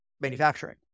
manufacturing